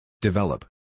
Develop